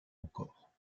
encore